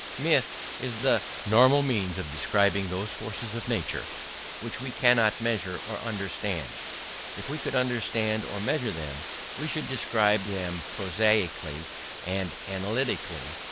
myth is the normal means of describing those forces of nature which we cannot measure or understand if we could understand or measure them we should describe them prosaically and analytically,